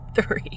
three